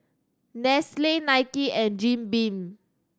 Nestle Nike and Jim Beam